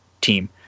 Team